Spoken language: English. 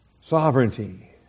Sovereignty